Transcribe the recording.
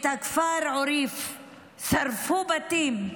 שרפו בתים,